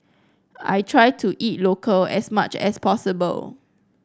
I try to eat local as much as possible